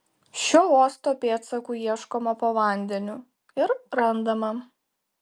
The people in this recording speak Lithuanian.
šio uosto pėdsakų ieškoma po vandeniu ir randama